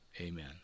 Amen